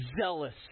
zealous